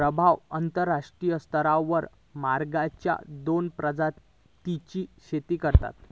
प्रभाव अंतरराष्ट्रीय स्तरावर मगरेच्या दोन प्रजातींची शेती करतत